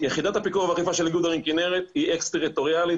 יחידת הפיקוח והאכיפה של איגוד ערים כנרת היא אקס טריטוריאלית,